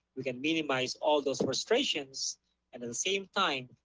we can minimize all those frustrations and at the same time,